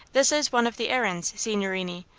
this is one of the errands, signorini.